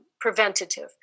preventative